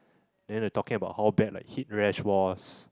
then they talking about how bad like heat rash was